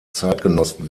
zeitgenossen